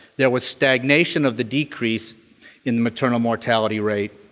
there was stagnation of the decrease in maternal mortality rate.